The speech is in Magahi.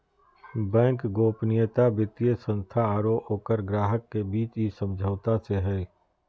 बैंक गोपनीयता वित्तीय संस्था आरो ओकर ग्राहक के बीच इ समझौता से हइ